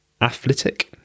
Athletic